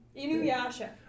Inuyasha